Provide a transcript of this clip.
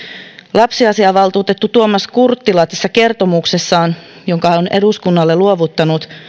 lapsiasiainvaltuutettu tuomas kurttila tässä kertomuksessaan jonka on eduskunnalle luovuttanut